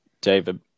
David